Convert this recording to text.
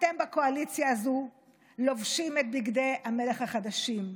אתם בקואליציה הזו לובשים את בגדי המלך החדשים.